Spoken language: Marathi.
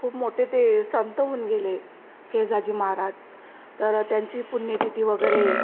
खूप मोठे ते संत होऊन गेले केजाजी महाराज तर त्यांची पुण्यतिथी वगैरे